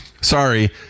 Sorry